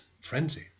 frenzy